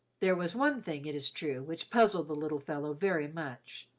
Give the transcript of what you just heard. there was one thing, it is true, which puzzled the little fellow very much.